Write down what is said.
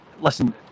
Listen